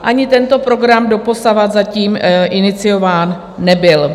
Ani tento program doposud zatím iniciován nebyl.